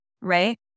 right